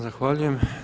Zahvaljujem.